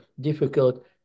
difficult